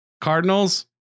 Cardinals